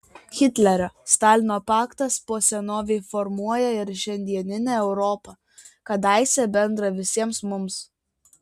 hitlerio stalino paktas po senovei formuoja ir šiandieninę europą kadaise bendrą visiems mums